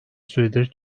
süredir